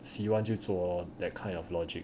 喜欢就做 lor that kind of logic